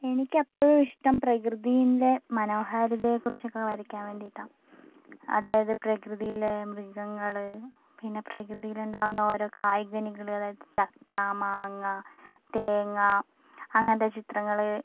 എനിക്ക് എപ്പോഴും ഇഷ്ടം പ്രകൃതിയിലെ മനോഹാരിതയെക്കുറിച്ചൊക്കെ വരയ്ക്കാൻ വേണ്ടിയിട്ടാണ് അതായത് പ്രകൃതിയിലെ മൃഗങ്ങൾ പിന്നെ പ്രകൃതിയിൽ ഉണ്ടാവുന്ന ഓരോ കായ്കനികൾ അതായത് ചക്ക മാങ്ങ തേങ്ങ അങ്ങനത്തെ ചിത്രങ്ങള്